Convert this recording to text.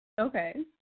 Okay